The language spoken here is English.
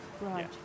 Right